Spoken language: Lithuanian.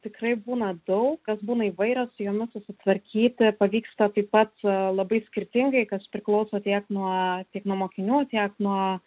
tikrai būna daug kas būna įvairios su jomis susitvarkyti pavyksta taip pat labai skirtingai kas priklauso tiek nuo tiek nuo mokinių tiek nuo